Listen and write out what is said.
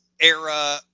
era